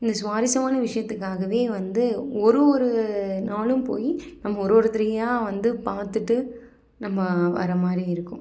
இந்த சுவாரஸ்யமான விஷயத்துக்காகவே வந்து ஒரு ஒரு நாளும் போய் நம்ம ஒரு ஒருத்தரையாக வந்து பார்த்துட்டு நம்ம வரற மாதிரி இருக்கும்